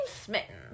smitten